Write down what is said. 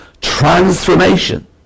transformation